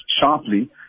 sharply